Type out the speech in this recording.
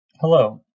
Hello